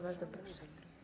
Bardzo proszę.